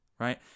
Right